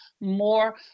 more